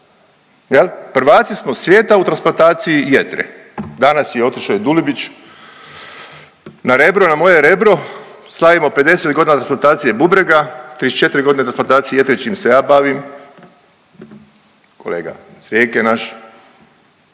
prvaci smo svijeta u transplantaciji jetra. Danas je otišao i Dulibić na Rebro, na moje Rebro, slavimo 50.g. od transplantacije bubrega, 34.g. od transplantacije jetre, čim se ja bavim, kolega …/Govornik